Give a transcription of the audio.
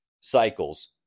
cycles